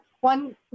One